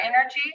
energy